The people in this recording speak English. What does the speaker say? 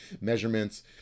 measurements